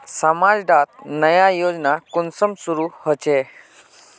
समाज डात नया योजना कुंसम शुरू होछै?